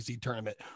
tournament